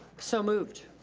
so moved.